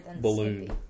balloon